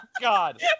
God